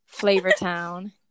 Flavortown